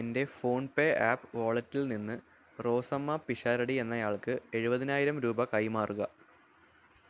എൻ്റെ PhonePe app വാലറ്റിൽ നിന്ന് റോസമ്മ പിഷാരടി എന്നയാൾക്ക് എഴുപതിനായിരം രൂപ കൈമാറുക